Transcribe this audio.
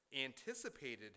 anticipated